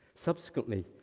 Subsequently